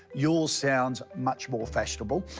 yours sounds much more fashionable.